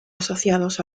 asociados